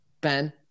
ben